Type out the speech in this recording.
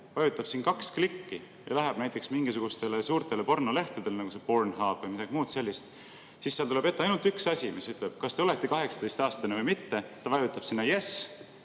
vajutab siin kaks klikki ja läheb näiteks mingisugustele suurtele pornolehtedele, nagu see Pornhub või midagi muud sellist, siis seal tuleb ette ainult üks asi, mis küsib, kas te olete 18‑aastane. Ta vajutab sinna "Yes",